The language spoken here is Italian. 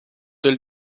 del